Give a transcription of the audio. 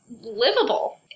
livable